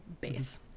base